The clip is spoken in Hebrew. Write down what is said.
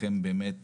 יש ימי כוננות,